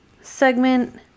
segment